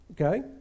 okay